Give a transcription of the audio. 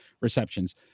receptions